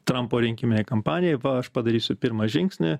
trampo rinkiminei kampanijai va aš padarysiu pirmą žingsnį